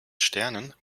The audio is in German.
sternen